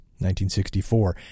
1964